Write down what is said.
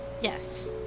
Yes